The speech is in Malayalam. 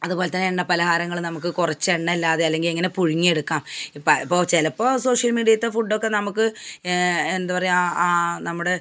അതുപോലത്തെ എണ്ണ പലഹാരങ്ങൾ നമുക്ക് കുറച്ച് എണ്ണ ഇല്ലാതെ അല്ലെങ്കിൽ എങ്ങനെ പുഴുങ്ങി എടുക്കാം അപ്പോൾ ചിലപ്പോൾ സോഷ്യൽ മീഡിയേത്ത ഫുഡ്ഡൊക്കെ നമുക്ക് എന്താ പറയുക ആ നമ്മുടെ